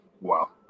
Wow